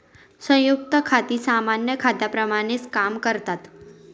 संयुक्त खाती सामान्य खात्यांप्रमाणेच काम करतात